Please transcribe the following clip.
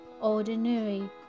ordinary